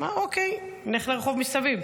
הוא אמר: אוקיי, נלך לרחוב מסביב.